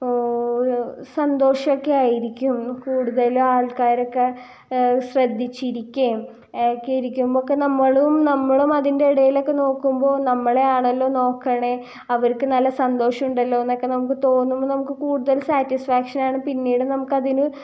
സന്തോഷമൊക്കെ ആയിരിക്കും കൂടുതൽ ആൾക്കാരൊക്കെ ശ്രദ്ധിച്ചിരിക്കുകയും ഒക്കെ ഇരിക്കുമ്പോഴൊക്കെ നമ്മളും നമ്മളും അതിൻ്റെ ഇടയിലൊക്കെ നോക്കുമ്പോൾ നമ്മളെ ആണല്ലോ നോക്കുന്നേ അവർക്ക് നല്ല സന്തോഷമുണ്ടല്ലോ എന്നൊക്കെ നമുക്ക് തോന്നുമ്പോൾ നമുക്ക് കൂടുതൽ സാറ്റിസ്ഫാക്ഷനാണ് പിന്നീട് നമുക്ക് അതിന്